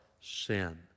sin